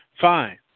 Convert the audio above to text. fine